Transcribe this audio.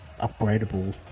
upgradable